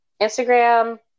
Instagram